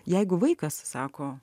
jeigu vaikas sako